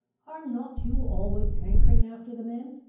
are not you always hankering after the men?